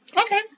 Okay